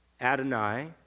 Adonai